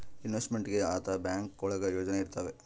investment ಗೆ ಅಂತ bank ಒಳಗ ಯೋಜನೆ ಇರ್ತವೆ